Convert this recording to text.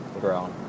grown